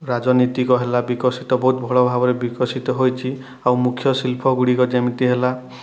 ରାଜନୀତିକ ହେଲା ଓ ବିକଶିତ ବହୁତ ଭଲ ଭାବରେ ବିକଶିତ ହୋଇଛି ଆଉ ମୁଖ୍ୟ ଶିଳ୍ପଗୁଡ଼ିକ ଯେମିତି ହେଲା